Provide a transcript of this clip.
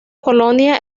colonia